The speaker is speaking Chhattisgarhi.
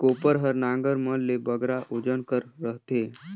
कोपर हर नांगर मन ले बगरा ओजन कर रहथे